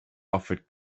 offered